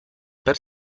per